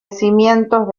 cimientos